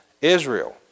Israel